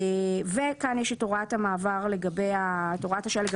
וכאן יש את הוראת השעה לגבי השכר,